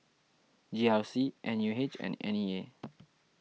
G R C N U H and N E A